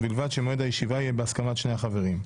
ובלבד שמועד הישיבה יהיה בהסכמת שני החברים.